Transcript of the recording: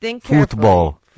Football